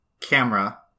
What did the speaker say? camera